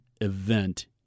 event